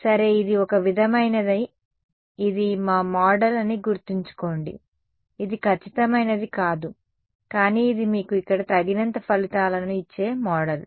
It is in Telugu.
సరే ఇది ఒక విధమైనది ఇది మా మోడల్ అని గుర్తుంచుకోండి ఇది ఖచ్చితమైనది కాదు కానీ ఇది మీకు ఇక్కడ తగినంత ఫలితాలను ఇచ్చే మోడల్